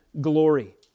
glory